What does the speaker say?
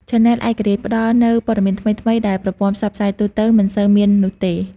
ឆានែលឯករាជ្យផ្តល់នូវព័ត៌មានថ្មីៗ ដែលប្រព័ន្ធផ្សព្វផ្សាយទូទៅមិនសូវមាននោះទេ។